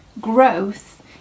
Growth